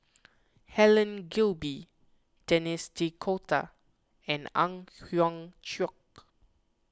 Helen Gilbey Denis D'Cotta and Ang Hiong Chiok